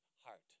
heart